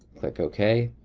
click okay.